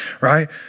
right